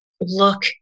look